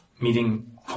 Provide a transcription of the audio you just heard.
meeting